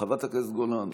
חברת הכנסת גולן.